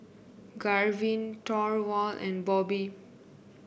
Garvin Thorwald and Bobby